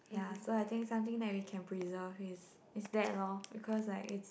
ya so I think something that we can preserve is is that lor because like it's